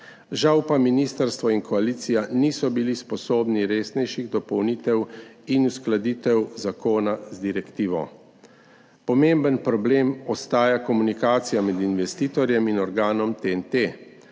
žal pa ministrstvo in koalicija nista bila sposobna resnejših dopolnitev in uskladitev zakona z direktivo. Pomemben problem ostaja komunikacija med investitorjem in organom TEN-T.